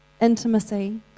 Intimacy